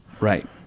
right